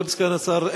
כבוד סגן השר,